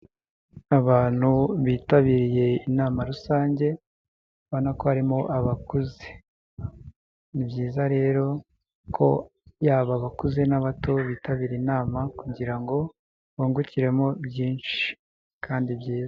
Abantu bitabiriye inama rusange, ubona ko harimo abakuze, ni byiza rero ko yaba abakuze n'abato bitabira inama kugira ngo bungukiremo byinshi kandi byiza.